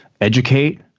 educate